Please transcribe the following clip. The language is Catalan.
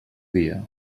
dia